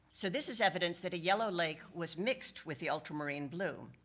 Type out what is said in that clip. so this is evidence that a yellow lake was mixed with the ultramarine blue.